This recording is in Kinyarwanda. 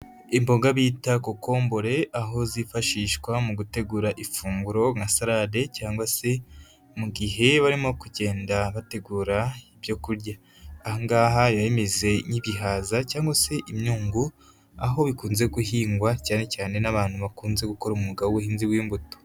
Imboga bita kokombore aho zifashishwa mu gutegura ifunguro nka salade cyangwa se mu gihe barimo kugenda bategura ibyo kurya. Aha ngaha biba bimeze nk'ibihaza cyangwa se imyungu, aho bikunze guhingwa cyane cyane n'abantu bakunze gukora umwuga w'ubuhinzi w'imbuto.